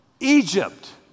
Egypt